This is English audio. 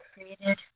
created